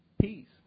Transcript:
peace